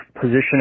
position